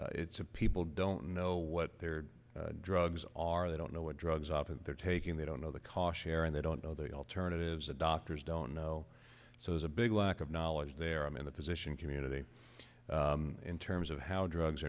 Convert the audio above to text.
it's a people don't know what their drugs are they don't know what drugs off they're taking they don't know the car share and they don't know the alternatives the doctors don't know so there's a big lack of knowledge there i'm in the position community in terms of how drugs